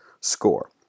SCORE